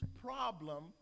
problem